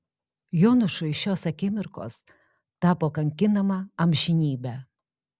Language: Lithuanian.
jonušui šios akimirkos tapo kankinama amžinybe